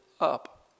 up